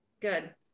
good